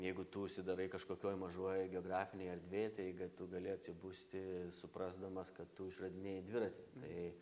jeigu tu užsidarai kažkokioj mažoje geografinėj erdvėj tai ga tu gali atsibusti suprasdamas kad tu išradinėji dviratį tai